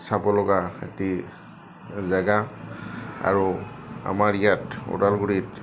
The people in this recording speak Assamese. চাবলগা এটি জেগা আৰু আমাৰ ইয়াত ওদালগুৰিত